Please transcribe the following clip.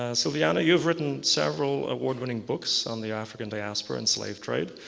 and sylviane, you've written several award-winning books on the african diaspora and slave trade,